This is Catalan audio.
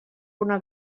una